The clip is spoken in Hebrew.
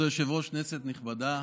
כבוד היושב-ראש, כנסת נכבדה,